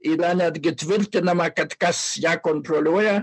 yra netgi tvirtinama kad kas ją kontroliuoja